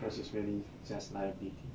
cause it's really just liability